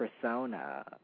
persona